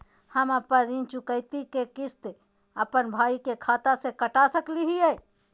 हम अपन ऋण चुकौती के किस्त, अपन भाई के खाता से कटा सकई हियई?